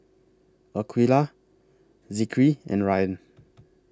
Aqilah Zikri and Ryan